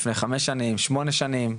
חמש שנים או שמונה שנים?